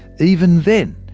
even then,